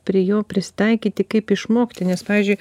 prie jo prisitaikyti kaip išmokti nes pavyzdžiui